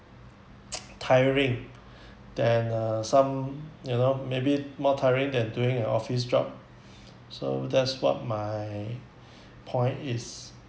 tiring then uh some you know maybe more tiring than doing a office job so that's what my point is